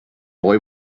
boy